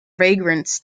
vagrants